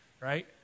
Right